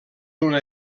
una